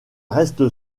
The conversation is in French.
reste